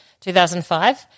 2005